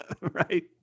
Right